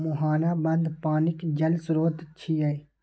मुहाना बंद पानिक जल स्रोत छियै